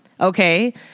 okay